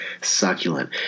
succulent